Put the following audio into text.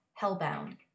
Hellbound